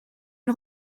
une